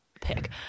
pick